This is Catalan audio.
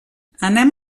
anem